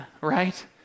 right